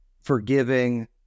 forgiving